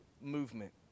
movement